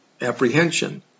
apprehension